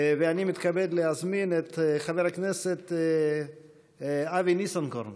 ואני מתכבד להזמין את חבר הכנסת אבי ניסנקורן